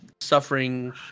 suffering